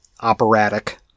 operatic